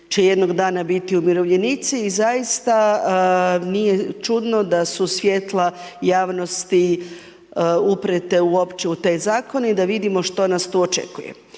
će jednog dana biti umirovljenici i zaista nije čudno da su svijetla javnosti uprijete uopće u taj zakon i da vidimo što nas tu očekuje.